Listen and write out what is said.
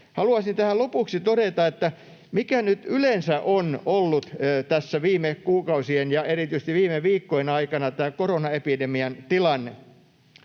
Haluaisin tähän lopuksi todeta, mikä nyt yleensä on ollut tässä viime kuukausien ja erityisesti viime viikkojen aikana tämä koronaepidemian tilanne: